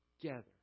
together